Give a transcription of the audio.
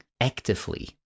actively